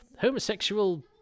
homosexual